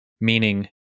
Meaning